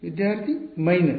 ವಿದ್ಯಾರ್ಥಿ ಮೈನಸ್